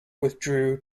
withdrew